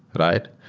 right?